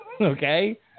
Okay